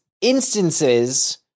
instances